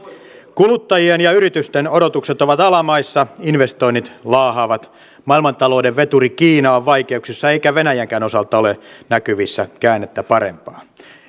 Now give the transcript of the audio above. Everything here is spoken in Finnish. kuluttajien ja yritysten odotukset ovat alamaissa investoinnit laahaavat maailmantalouden veturi kiina on vaikeuksissa eikä venäjänkään osalta ole näkyvissä käännettä parempaan